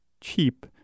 cheap